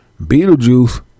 Beetlejuice